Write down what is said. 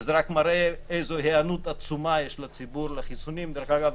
וזה רק מראה איזו היענות עצומה יש בציבור לחיסונים דרך אגב,